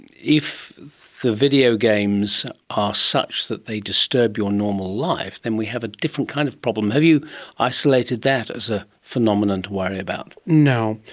if the videogames are such that they disturb your normal life, then we have a different kind of problem. have you isolated that as a phenomenon to worry about? no.